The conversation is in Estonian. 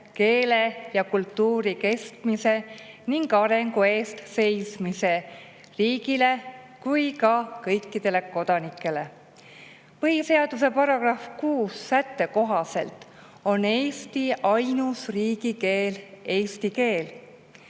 keele ja kultuuri kestmise ning arengu eest seismise nii riigile kui ka kõikidele kodanikele. Põhiseaduse § 6 sätte kohaselt on Eesti ainus riigikeel eesti keel